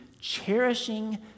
cherishing